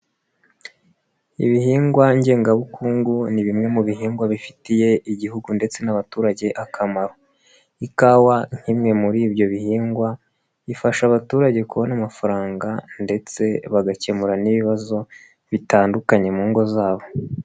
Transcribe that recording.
Ibihingwa ngenga bukungu ni bimwe mu bihingwa bifitiye igihugu ndetse n'abaturage akamaro, ikawa nk'imwe muri ibyo bihingwa ifasha abaturage kubona amafaranga ndetse bagakemura n'ibibazo bitandukanye mu ngo zabo.